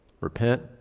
Repent